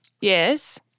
Yes